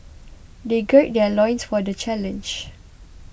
they gird their loins for the challenge